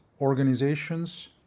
organizations